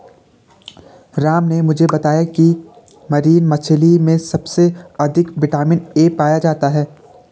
राम ने मुझे बताया की मरीन मछली में सबसे अधिक विटामिन ए पाया जाता है